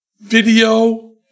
video